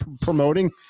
promoting